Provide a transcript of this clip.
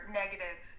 negative